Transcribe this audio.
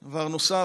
2. דבר נוסף,